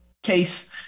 case